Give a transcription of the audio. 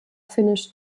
finnisch